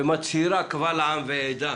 ומצהירה קבל עם ועדה